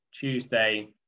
Tuesday